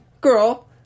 Girl